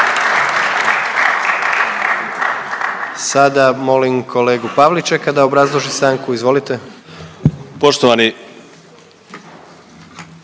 Sada molim kolegu Pavličeka da obrazloži stanku, izvolite.